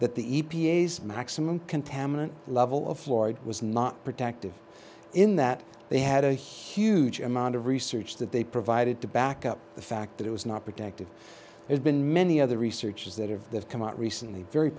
s maximum contaminant level of floyd was not protective in that they had a huge amount of research that they provided to back up the fact that it was not protective there's been many other research is that if they've come out recently very